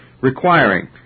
requiring